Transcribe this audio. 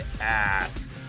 ass